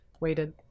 waited